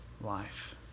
life